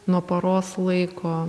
nuo paros laiko